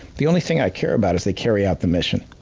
the only thing i care about is they carry out the mission.